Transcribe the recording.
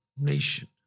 nation